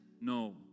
No